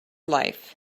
life